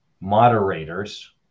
moderators